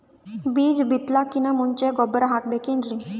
ಬೀಜ ಬಿತಲಾಕಿನ್ ಮುಂಚ ಗೊಬ್ಬರ ಹಾಕಬೇಕ್ ಏನ್ರೀ?